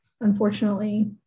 unfortunately